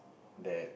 that